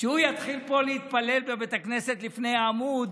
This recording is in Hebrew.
כשהוא יתחיל להתפלל בבית הכנסת פה לפני העמוד,